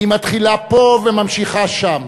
היא מתחילה פה וממשיכה שם.